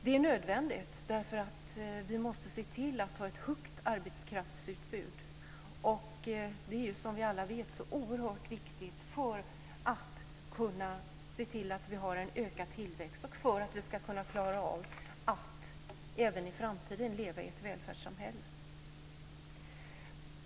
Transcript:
Det är nödvändigt, därför att vi måste se till att ha ett stort arbetskraftsutbud, och det är som vi alla vet så oerhört viktigt för att kunna se till att vi har en ökad tillväxt och för att vi ska kunna klara av att även i framtiden leva i ett välfärdssamhälle.